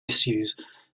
issues